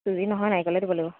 চুজি নহয় নাৰিকলেই দিব লাগিব